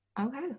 Okay